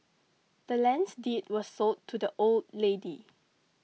the land's deed was sold to the old lady